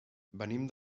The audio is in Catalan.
venim